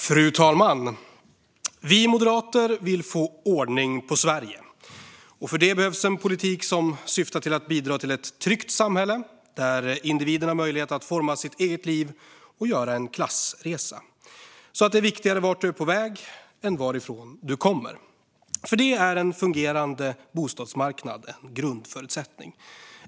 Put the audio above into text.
Fru talman! Vi moderater vill få ordning på Sverige. För detta behövs en politik som syftar till att bidra till ett tryggt samhälle där individen har möjlighet att forma sitt eget liv och göra en klassresa, så att det blir viktigare vart man är på väg än varifrån man kommer. För detta är en fungerande bostadsmarknad en grundförutsättning.